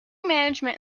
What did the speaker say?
management